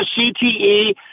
CTE